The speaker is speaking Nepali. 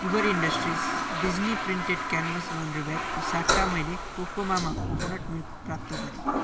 Kuber industries Disney printed canvas laundry ब्यागको साट्टा मैले कोकोमामा कोकोनट मिल्क प्राप्त गरेँ